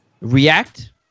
react